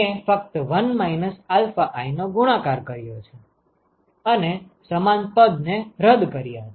મેં ફક્ત 1 i નો ગુણાકાર કર્યો છે અને સમાન પદ ને રદ કર્યા છે